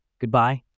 Goodbye